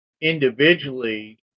individually